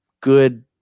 good